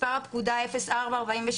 מספר הפקודה 04.42.00,